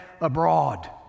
abroad